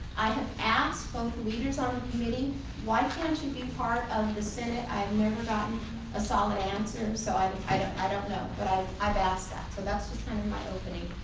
i have asked both leaders on the committee why can't you be part of the senate. i've never gotten a solid answer so i don't i don't know but i've i've asked that. so that's just kind of my opening.